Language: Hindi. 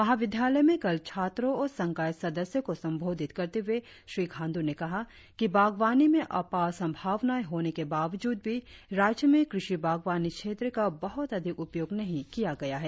महाविद्यालय में कल छात्रों और संकाय सदस्यों को संबोधित करते हुए श्री खाण्डू ने कहा कि बागवानी में अपार संभावनाएं होने के बावजूद भी राज्य में कृषि बागवानी क्षेत्र का बहुत अधिक उपयोग नहीं किया गया है